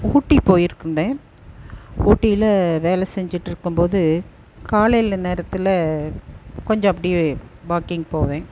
ஊட்டி போய்ர்க்குந்தே ஊட்டியில வேலை செஞ்சுட்ருக்கும் போது காலையில நேரத்தில் கொஞ்சம் அப்படியே வாக்கிங் போவேன்